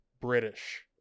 British